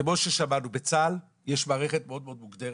כמו ששמענו, בצה"ל יש מערכת מאוד מאוד מוגדרת,